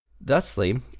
Thusly